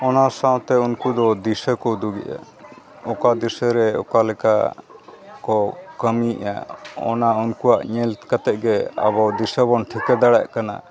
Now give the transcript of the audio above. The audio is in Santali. ᱚᱱᱟ ᱥᱟᱶᱛᱮ ᱩᱱᱠᱩ ᱫᱚ ᱫᱤᱥᱟᱹ ᱠᱚ ᱩᱫᱩᱜᱮᱜᱼᱟ ᱚᱠᱟ ᱫᱤᱥᱟᱹ ᱨᱮ ᱚᱠᱟ ᱞᱮᱠᱟ ᱠᱚ ᱠᱟᱹᱢᱤᱭᱮᱫᱼᱟ ᱚᱱᱟ ᱩᱱᱠᱩᱣᱟᱜ ᱧᱮᱞ ᱠᱟᱛᱮᱫ ᱜᱮ ᱟᱵᱚ ᱫᱤᱥᱟᱹ ᱵᱚᱱ ᱴᱷᱤᱠᱟᱹ ᱫᱟᱲᱮᱭᱟᱜ ᱠᱟᱱᱟ